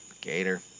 Gator